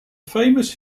famous